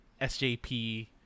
SJP